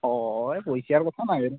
অঁ এই পইচাৰ কথা নাহে